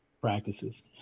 practices